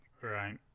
Right